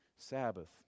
sabbath